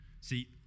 See